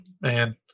man